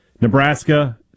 Nebraska